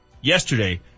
yesterday